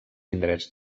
indrets